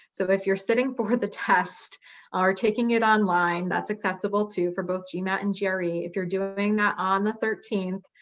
so if you're sitting for the test or taking it online, that's acceptable too, for both gmat and gre. if you're doing that on the thirteenth,